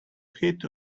hit